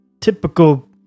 typical